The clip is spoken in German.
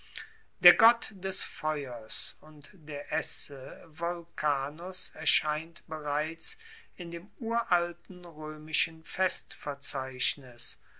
der gott des feuers und der esse volcanus erscheint bereits in dem uralten roemischen festverzeichnis